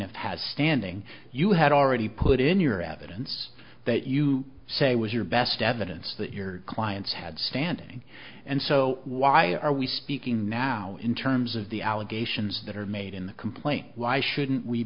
plaintiff has standing you had already put in your absence that you say was your best evidence that your clients had standing and so why are we speaking now in terms of the allegations that are made in the complaint why shouldn't we